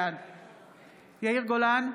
בעד יאיר גולן,